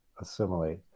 assimilate